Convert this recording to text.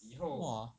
!wah!